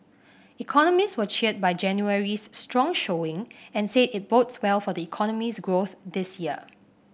economists were cheered by January's strong showing and said it bodes well for the economy's growth this year